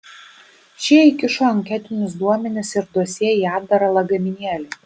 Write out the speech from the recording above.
šie įkišo anketinius duomenis ir dosjė į atdarą lagaminėlį